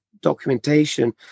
documentation